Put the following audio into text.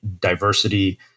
diversity